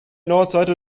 nordseite